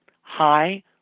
high